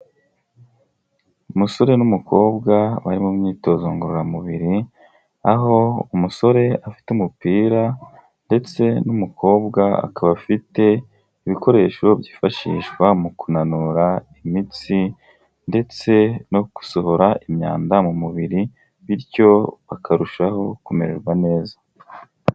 Umusore n'umukobwa bari mu myitozo ngororamubiri, aho umusore afite umupira ndetse n'umukobwa akaba afite ibikoresho byifashishwa mu kunanura imitsi, ndetse no gusohora imyanda mu mubiri, bityo bakarushaho kumererwa neza.